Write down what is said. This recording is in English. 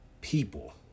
people